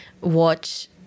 watch